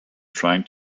trying